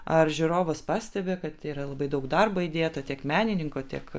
ar žiūrovas pastebi kad yra labai daug darbo įdėta tiek menininko tiek